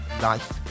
life